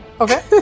Okay